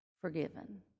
forgiven